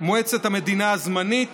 מועצת המדינה הזמנית,